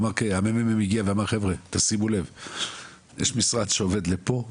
הממ"מ הגיע ואמר שיש משרד שעובד לפה,